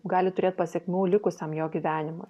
gali turėt pasekmių likusiam jo gyvenimui